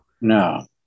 no